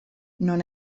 non